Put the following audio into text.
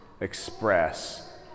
express